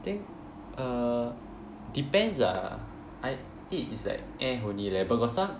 think err depends ah I ate it's like only leh but got some